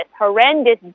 horrendous